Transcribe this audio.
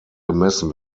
gemessen